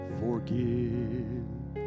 forgive